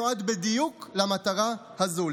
נועדו בדיוק למטרה הזו,